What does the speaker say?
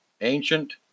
ancient